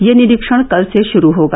यह निरीक्षण कल से शुरू होगा